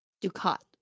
Ducat